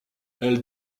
elle